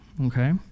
okay